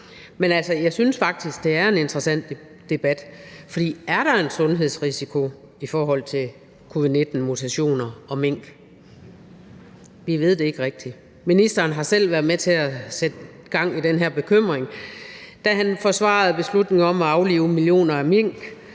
jeg synes faktisk, det er en interessant debat, for er der en sundhedsrisiko i forhold til covid-19-mutationer og mink? Vi ved det ikke rigtig. Ministeren har selv været med til at sætte gang i den her bekymring, da han forsvarede beslutningen om at aflive millioner af mink